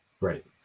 right